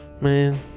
man